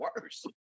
worse